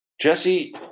jesse